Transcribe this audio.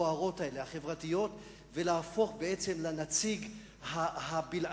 החברתיות הבוערות האלה ולהפוך בעצם לנציג הבלעדי,